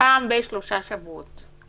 פעם בשלושה שבועות.